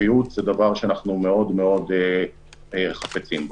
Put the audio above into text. קביעות זה דבר שאנחנו מאוד מאוד חפצים בו.